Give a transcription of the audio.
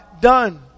done